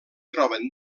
troben